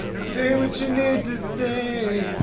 say what you need to say.